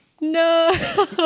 no